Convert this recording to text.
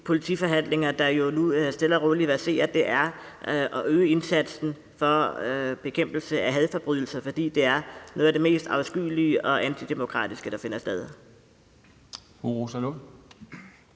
politiforhandlinger, der jo nu stille og roligt verserer, er at øge indsatsen for bekæmpelse af hadforbrydelser, fordi det er noget af det mest afskyelige og antidemokratiske, der finder sted.